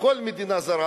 לכל מדינה זרה,